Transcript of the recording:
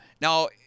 Now